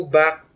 back